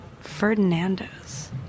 Ferdinando's